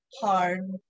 hard